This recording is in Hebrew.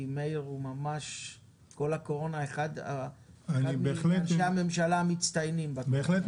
מאיר שפיגלר הוא אחד מאנשי הממשלה המצטיינים בכל תקופת הקורונה.